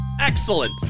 excellent